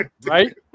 right